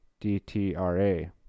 DTRA